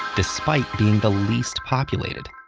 despite being the least populated.